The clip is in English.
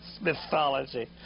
Mythology